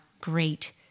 great